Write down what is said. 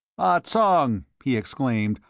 ah tsong! he exclaimed.